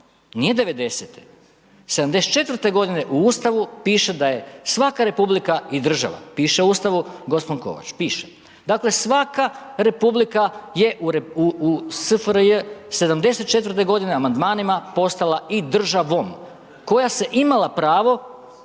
nije 90.-te. 74.-te godine u Ustavu piše da je svaka republika i država, piše u ustavu gospon Kovač, piše. Dakle, svaka republika je u SFRJ 74.-te godine amandmanima postala i državom koja se imala pravo,